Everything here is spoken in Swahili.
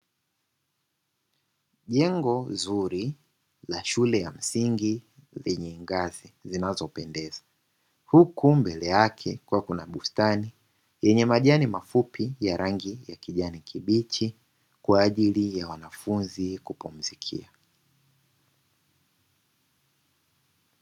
Jengo zuri la shule ya msingi lenye ngazi zinazopendeza, huku mbele yake kukiwa na bustani yenye majani mafupi ya rangi ya kijani kibichi, kwa ajili ya wanafunzi kupumzikia.